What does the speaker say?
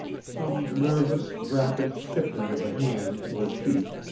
some nervous, rapid shifting of the hands or feet,